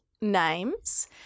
names